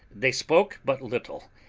they spoke but little,